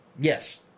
Yes